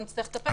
נצטרך לטפל בזה.